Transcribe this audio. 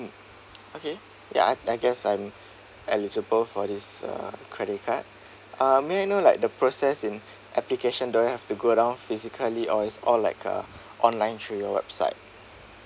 okay ya I guess I'm eligible for this uh credit card ah may I know like the process in application do I have to go down physically or is all like uh online through your website